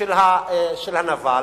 של הנבל.